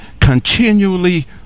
continually